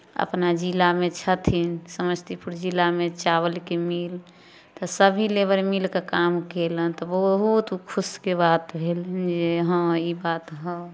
अपना जिलामे छथिन समस्तीपुर जिलामे चावलके मिल तऽ सभी लेबर मिलि कऽ काम कयलनि तऽ बहुत खुशके बात भेल जे हँ ई बात हऽ